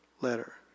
letter